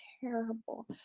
terrible